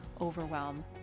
overwhelm